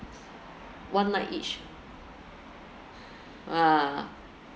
one night each ah